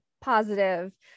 positive